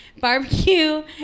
barbecue